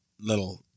little –